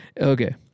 Okay